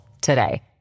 today